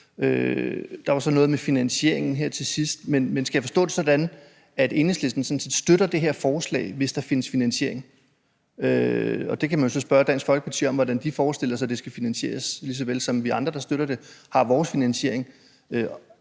Der var så noget med finansieringen her til sidst. Men skal jeg forstå det sådan, at Enhedslisten sådan set støtter det her forslag, hvis der findes finansiering? Og man kan så spørge Dansk Folkeparti, hvordan de forestiller sig, at det skal finansieres, lige så vel som vi andre, der støtter det, har vores finansiering.